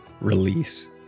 release